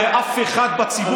הרי אף אחד בציבור,